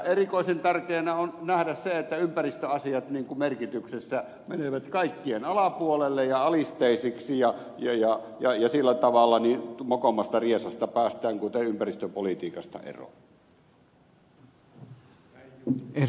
erikoisen tärkeää on nähdä se että ympäristöasiat ikään kuin merkityksessä menevät kaikkien alapuolelle ja alisteisiksi ja sillä tavalla mokomasta riesasta päästään kuten ympäristöpolitiikasta eroon